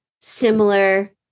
similar